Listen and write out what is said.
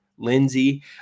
Lindsey